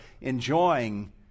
enjoying